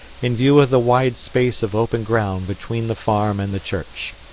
in view of the wide space of open ground between the farm and the church.